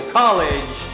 college